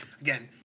again